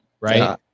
right